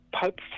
Pope